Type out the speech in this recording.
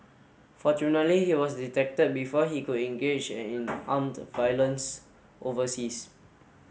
fortunately he was detected before he could engage and in armed violence overseas